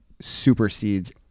supersedes